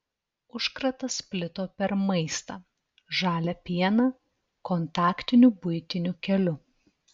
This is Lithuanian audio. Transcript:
užkratas plito per maistą žalią pieną kontaktiniu buitiniu keliu